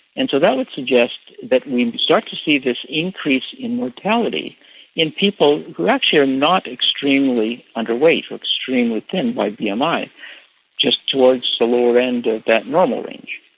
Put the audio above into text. and so that would suggest that we start to see this increase in mortality in people who actually are not extremely underweight or extremely thin by bmi, um just towards the lower end of that normal range.